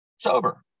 sober